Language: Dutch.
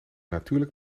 natuurlijk